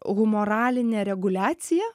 humoralinė reguliacija